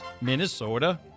Minnesota